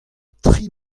tri